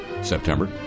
September